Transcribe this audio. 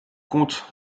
compte